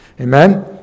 Amen